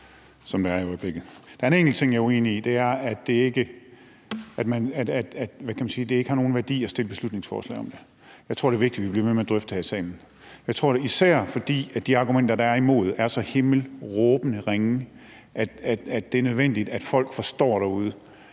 som der er i øjeblikket. Der er en enkelt ting, jeg er uenig i, og det er, at det ikke har nogen værdi at fremsætte beslutningsforslag om det. Jeg tror, det er vigtigt, at vi bliver ved med at drøfte det her i salen. Jeg tror det især, fordi de argumenter, der er imod det her, er så himmelråbende ringe, at det er nødvendigt, at folk derude